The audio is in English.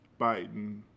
Biden